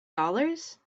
dollars